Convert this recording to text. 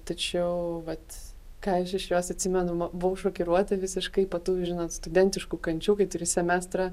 tačiau vat ką iš jos atsimenu buvau šokiruota visiškai po tų žinot studentiškų kančių kai turi semestrą